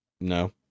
no